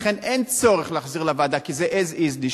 לכן אין צורך להחזיר לוועדה, כי זה as is נשאר.